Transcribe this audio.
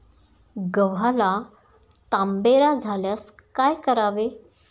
गव्हाला तांबेरा झाल्यास काय करावे?